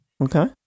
Okay